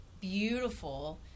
beautiful